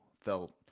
felt